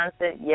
Yes